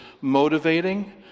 motivating